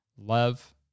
Love